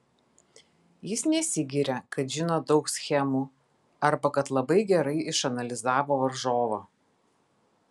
jis nesigiria kad žino daug schemų arba kad labai gerai išanalizavo varžovą